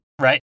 Right